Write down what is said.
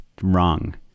wrong